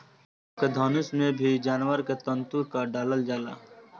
अबके धनुष में भी जानवर के तंतु क डालल जाला